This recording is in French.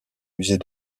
musées